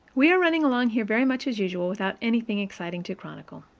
we are running along here very much as usual without anything exciting to chronicle.